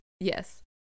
Yes